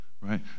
right